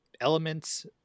elements